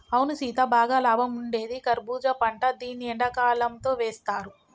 అవును సీత బాగా లాభం ఉండేది కర్బూజా పంట దీన్ని ఎండకాలంతో వేస్తారు